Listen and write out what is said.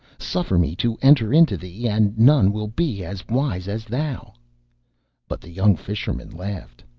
suffer me to enter into thee, and none will be as wise as thou but the young fisherman laughed.